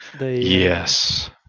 Yes